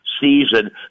season